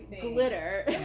glitter